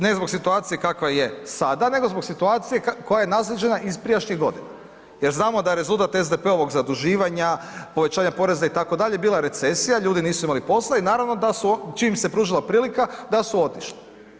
Ne zbog situacije kakva je sada, nego zbog situacije koja je naslijeđena iz prijašnjih godina jer znamo da je rezultat SDP-ovog zaduživanja, povećanja poreza itd., bila recesija, ljudi nisu imali posla i naravno da su čim im se pružila prilika, da su otišli.